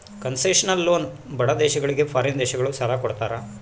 concessional loan ಬಡ ದೇಶಗಳಿಗೆ foreign ದೇಶಗಳು ಸಾಲ ಕೊಡ್ತಾರ